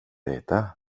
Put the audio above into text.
äta